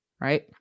Right